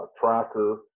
tracker